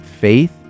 faith